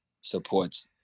supports